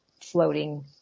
floating